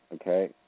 Okay